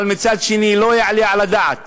אבל מצד שני, לא יעלה על הדעת